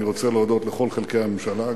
אני רוצה להודות לכל חלקי הממשלה,